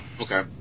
Okay